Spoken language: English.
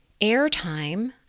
airtime